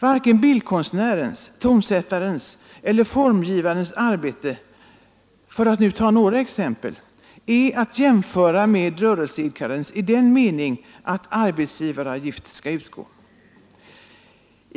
Varken bildkonstnärens, tonsättarens eller formgivarens arbete — för att nu ta några exempel — är att jämföra med rörelseidkarens i den meningen att arbetsgivaravgift skall utgå.